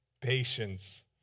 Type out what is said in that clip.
patience